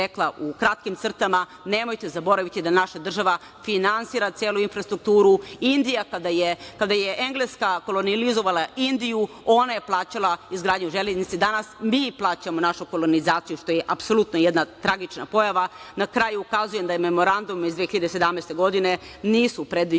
u kratkim crtama, nemojte zaboraviti da naša država finansira celu infrastrukturu. Kada je Engleska kolonijalizovala Indiju, ona je plaćala izgradnju železnice. Danas mi plaćamo našu kolonizaciju, što je apsolutno jedna tragična pojava. Na kraju, ukazujem da memorandumom iz 2017. godine nisu predviđene